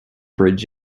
bridge